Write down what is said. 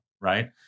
right